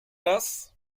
das